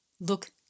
Look